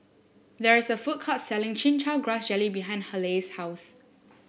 there is a food court selling Chin Chow Grass Jelly behind Haleigh's house